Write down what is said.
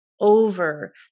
over